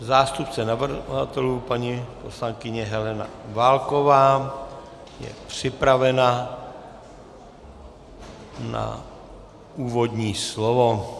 Zástupce navrhovatelů paní poslankyně Helena Válková je připravena na úvodní slovo.